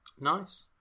nice